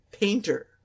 painter